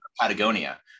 Patagonia